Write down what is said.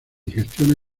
gestiona